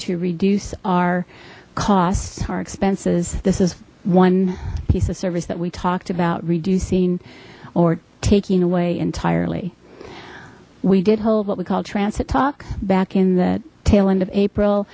to reduce our costs our expenses this is one piece of service that we talked about reducing or taking away entirely we did hold what we call transit talk back in the tail end of april